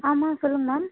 ஆமாம் சொல்லுங்கள் மேம்